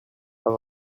pas